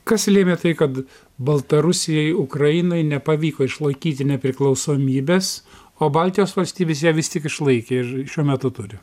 kas lėmė tai kad baltarusijai ukrainai nepavyko išlaikyti nepriklausomybės o baltijos valstybės ją vis tik išlaikė ir šiuo metu turi